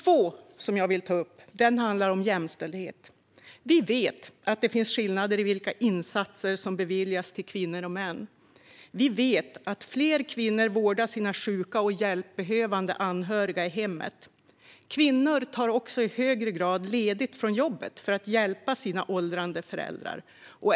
För det andra: jämställdhet. Vi vet att det finns skillnader i vilka insatser som beviljas kvinnor och män. Vi vet också att fler kvinnor vårdar sina sjuka och hjälpbehövande anhöriga i hemmet. Kvinnor tar också i högre grad ledigt från jobbet för att hjälpa sina åldrande föräldrar.